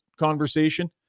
conversation